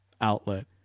outlet